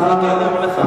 גם עובדות,